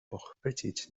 pochwycić